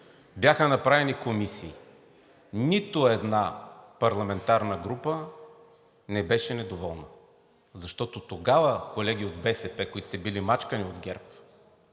бяха направени комисии. Нито една парламентарна група не беше недоволна. Защото тогава, колеги от БСП, които сте били мачкани от ГЕРБ,